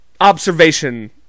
observation